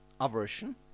aversion